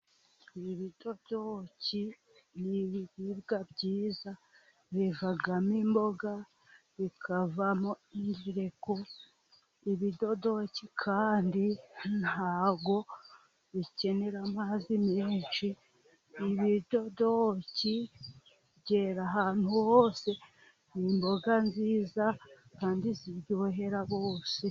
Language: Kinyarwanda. Ibidodoki ni ibiribwa byiza bivamo imboga, bikavamo n'ingereko. Ibidodoki kandi nta bwo bikenera amazi menshi. Ibidodoki byera ahantu hose. Ni imboga nziza kandi ziryohera bose.